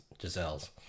Giselle's